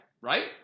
right